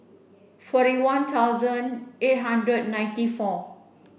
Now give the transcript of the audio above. forty one thousand eight hundred ninety four